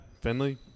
finley